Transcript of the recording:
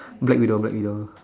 Black-Widow Black-Widow